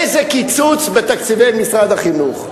איזה קיצוץ בתקציבי משרד החינוך?